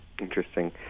Interesting